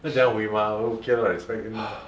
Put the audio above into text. cause cannot win mah then okay lor expect him lor